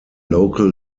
local